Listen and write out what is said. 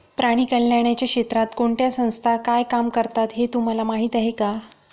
प्राणी कल्याणाच्या क्षेत्रात कोणत्या संस्था काय काम करतात हे तुम्हाला माहीत आहे का?